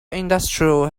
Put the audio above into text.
industry